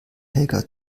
helga